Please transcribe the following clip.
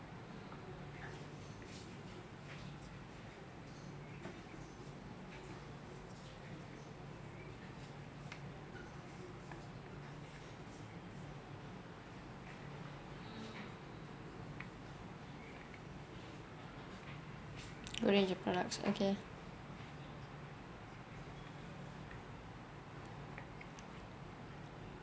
all range of products okay